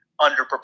underprepared